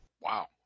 Wow